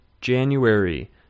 January